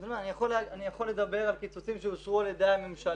אני יכול לדבר על קיצוצים שאושרו על ידי הממשלה.